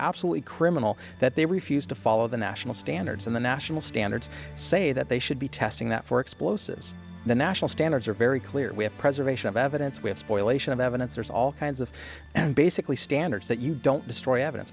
absolutely criminal that they refused to follow the national standards and the national standards say that they should be testing that for explosives the national standards are very clear we have preservation of evidence we have spoil ation of evidence there's all kinds of and basically standards that you don't destroy evidence